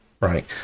right